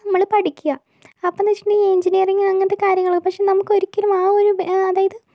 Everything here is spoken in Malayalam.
നമ്മള് പഠിക്കുക അപ്പോഴെന്ന് വച്ചിട്ടുണ്ടെങ്കിൽ എൻജിനീയറിങ്ങ് അങ്ങനത്തെ കാര്യങ്ങള് പക്ഷെ നമുക്ക് ഒരിക്കലും ആ ഒരു അതായത്